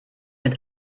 mit